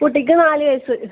കുട്ടിക്ക് നാല് വയസ്സ്